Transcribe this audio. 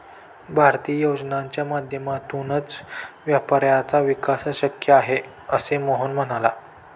भारतीय योजनांच्या माध्यमातूनच व्यापाऱ्यांचा विकास शक्य आहे, असे मोहन म्हणाला